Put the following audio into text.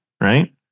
right